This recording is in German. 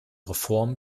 reform